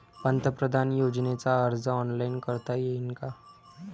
पंतप्रधान योजनेचा अर्ज ऑनलाईन करता येईन का?